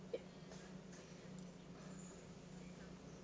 ya